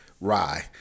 rye